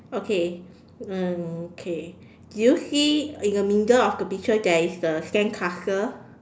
okay uh okay do you see in the middle of the picture there is a sandcastle